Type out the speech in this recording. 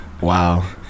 wow